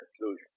conclusion